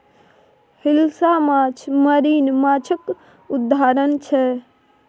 हिलसा माछ मरीन माछक उदाहरण छै